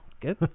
good